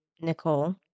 Nicole